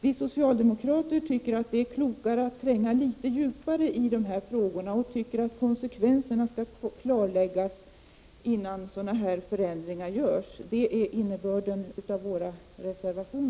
Vi socialdemokrater anser att det är klokare att tränga litet djupare in i dessa frågor och att klarlägga konsekvenserna innan sådana förändringar görs. Det är innebörden i vår reservation.